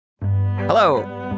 Hello